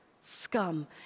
scum